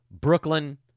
Brooklyn